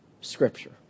Scripture